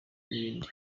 n’ibindi